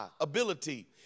ability